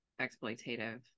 exploitative